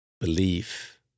Belief